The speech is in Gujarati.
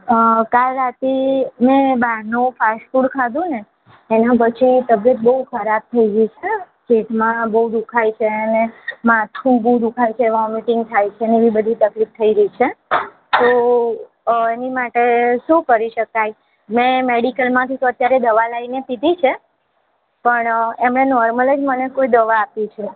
કાલ રાત્રે મેં બહારનું ફાસ્ટફૂડ ખાધું ને એનાં પછી તબિયત બહુ ખરાબ થઈ ગઈ છે પેટમાં બહુ દુઃખાય છે ને માથું બહુ દુઃખાય છે વોમિટિંગ થાય છે ને એવી બધી તકલીફ થઈ ગઈ છે તો એની માટે શું કરી શકાય મેં મૅડિકલમાંથી અત્યારે તો દવા લાવીને પીધી છે પણ એમણે નૉર્મલ જ મને કોઈ દવા આપી છે